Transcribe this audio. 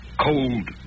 Cold